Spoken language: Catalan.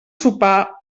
sopar